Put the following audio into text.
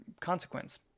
consequence